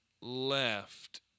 left